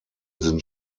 sind